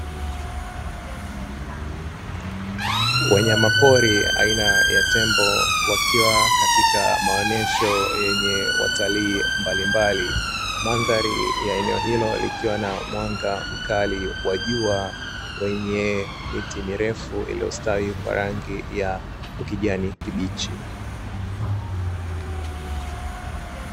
Wanyama pori aina ya tembo wakwa katika maonesho yenye watalii mbalimbali, mandhari ya eneo hilo ikiwa na mwanga mkali wa jua wenye miti mirefu iliyostawi kwa rangi ya kijani kibichi.